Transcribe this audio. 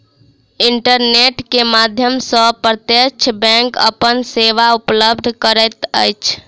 internet के माध्यम सॅ प्रत्यक्ष बैंक अपन सेवा उपलब्ध करैत अछि